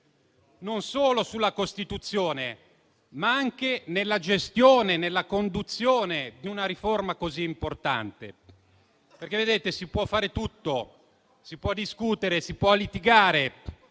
non solo sulla Costituzione, ma anche nella gestione, nella conduzione di una riforma così importante. Si può fare tutto: si può discutere, si può litigare,